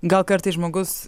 gal kartais žmogus